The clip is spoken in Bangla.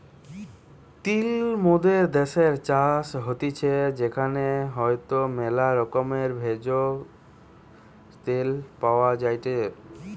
তিল মোদের দ্যাশের চাষ হতিছে সেখান হইতে ম্যালা রকমের ভেষজ, তেল পাওয়া যায়টে